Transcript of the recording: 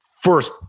first